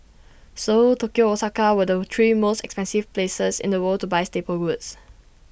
Seoul Tokyo Osaka were the three most expensive places in the world to buy staple goods